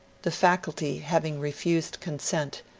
the faculty having refused consent,